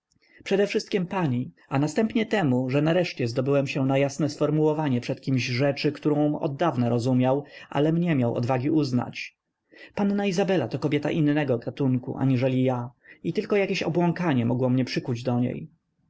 przede wszystkiem pani a następnie temu że nareszcie zdobyłem się na jasne sformułowanie przed kimś rzeczy którąm oddawna rozumiał alem nie miał odwagi uznać panna izabela to kobieta innego gatunku aniżeli ja i tylko jakieś obłąkanie mogło mnie przykuć do niej